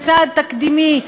בצעד תקדימי,